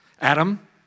Adam